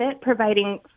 providing